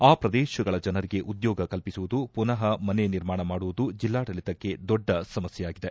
ಆ ಪ್ರದೇಶಗಳ ಜನರಿಗೆ ಉದ್ಯೋಗ ಕಲ್ಪಿಸುವುದು ಪುನಃ ಮನೆ ನಿರ್ಮಾಣ ಮಾಡುವುದು ಜಿಲ್ಲಾಡಳಿತಕ್ಕೆ ದೊಡ್ಡ ಸಮಸ್ಕೆಯಾಗಿದೆ